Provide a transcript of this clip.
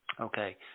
Okay